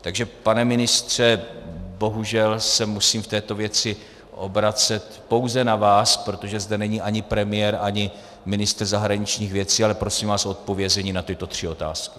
Takže pane ministře, bohužel se musím v této věci obracet pouze na vás, protože zde není ani premiér, ani ministr zahraničních věcí, ale prosím vás o odpovězení na tyto tři otázky.